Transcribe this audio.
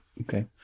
Okay